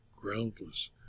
groundless